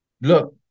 Look